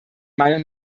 meinung